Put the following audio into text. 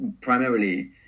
primarily